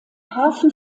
hafen